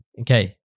okay